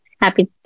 happy